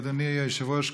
אדוני היושב-ראש,